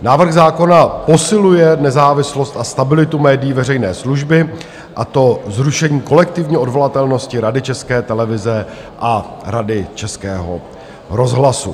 Návrh zákona posiluje nezávislost a stabilitu médií veřejné služby, a to zrušení kolektivní odvolatelnosti Rady České televize a Rady Českého rozhlasu.